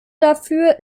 dafür